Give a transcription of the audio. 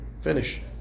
Finish